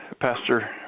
Pastor